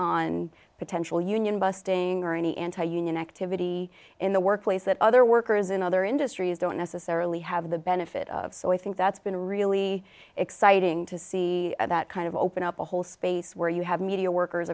on potential union busting are any anti union activity in the workplace that other workers in other industries don't necessarily have the benefit of so i think that's been really exciting to see that kind of open up a whole space where you have media workers